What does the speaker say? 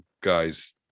guys